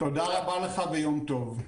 תודה רבה לך ויום טוב.